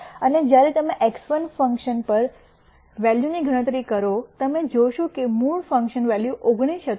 અને જ્યારે તમે x1 પર ફંકશન વેલ્યુની ગણતરી કરો તમે જોશો કે મૂળ ફંકશન વેલ્યુ 19 હતું